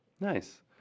Nice